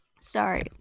Sorry